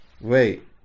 wait